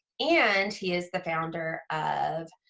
and he is the founder of,